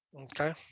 Okay